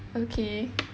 okay